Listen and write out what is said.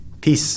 Peace